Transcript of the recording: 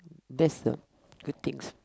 that's the good things